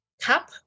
cup